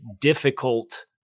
difficult